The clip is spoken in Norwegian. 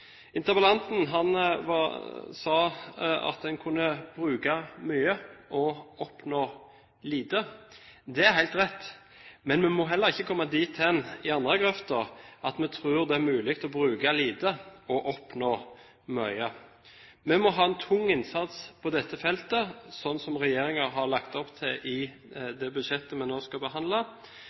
sa at en kunne bruke mye og oppnå lite. Det er helt rett. Men vi må heller ikke komme i den andre grøften, at vi tror det er mulig å bruke lite og oppnå mye. Vi må ha en tung innsats på dette feltet, slik regjeringen har lagt opp til i det budsjettet vi nå skal behandle,